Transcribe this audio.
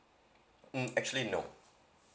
mm actually no